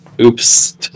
Oops